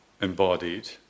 embodied